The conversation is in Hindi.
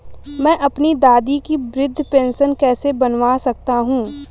मैं अपनी दादी की वृद्ध पेंशन कैसे बनवा सकता हूँ?